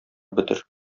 бетер